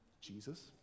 Jesus